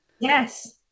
Yes